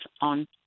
on